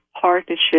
partnership